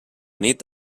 nit